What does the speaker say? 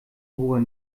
ruhe